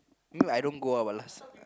me I don't go out ah last